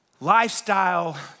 lifestyle